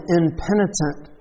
impenitent